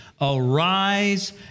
arise